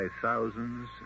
thousands